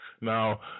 now